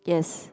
yes